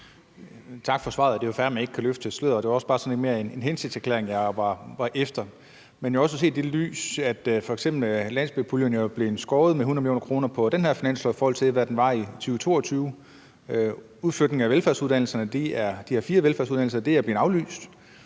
Tak for svaret. Det er jo fair, at man ikke kan løfte sløret, og det var også bare sådan mere en hensigtserklæring, jeg var ude efter. Men det skal jo også ses i det lys, at f.eks. landsbypuljen er blevet skåret med 100 mio. kr. i den her finanslov, i forhold til hvad den var på i 2022. Udflytningen af de her fire velfærdsuddannelser er blevet aflyst.